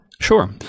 Sure